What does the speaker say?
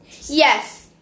Yes